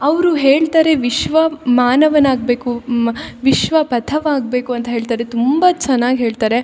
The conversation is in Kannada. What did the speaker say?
ಅವರು ಹೇಳ್ತಾರೆ ವಿಶ್ವ ಮಾನವನಾಗ್ಬೇಕು ವಿಶ್ವ ಪಥವಾಗ್ಬೇಕು ಅಂತ ಹೇಳ್ತರೆ ತುಂಬ ಚೆನ್ನಾಗ್ ಹೇಳ್ತಾರೆ